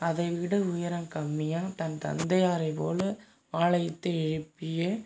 அதைவிட உயரம் கம்மியாக தன் தந்தையாரை போல் ஆலயத்தை எழுப்பியே